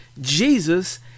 Jesus